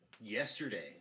yesterday